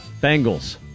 Bengals